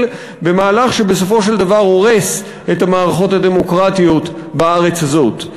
במהלך שבסופו של דבר הורס את המערכות הדמוקרטיות בארץ הזאת.